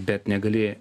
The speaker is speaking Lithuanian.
bet negali